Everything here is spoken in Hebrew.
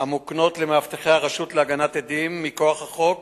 המוקנות למאבטחי הרשות להגנת עדים מכוח החוק